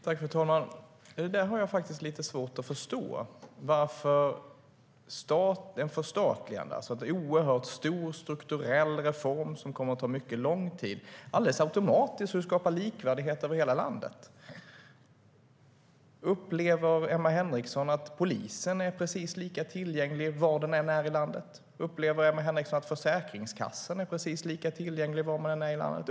Fru talman! Det där har jag faktiskt lite svårt att förstå, alltså att ett förstatligande - en oerhört stor strukturell reform som kommer att ta mycket lång tid - automatiskt skulle skapa likvärdighet över hela landet. Upplever Emma Henriksson att polisen är precis lika tillgänglig var man än är i landet? Upplever Emma Henriksson att Försäkringskassan är precis lika tillgänglig var man än är i landet?